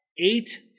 eight